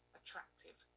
attractive